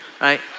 right